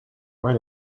write